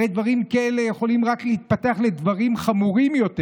הרי דברים כאלה יכולים רק להתפתח לדברים חמורים יותר,